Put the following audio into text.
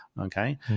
Okay